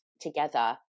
together